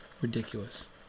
ridiculous